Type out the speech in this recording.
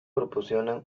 proporcionan